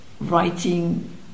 writing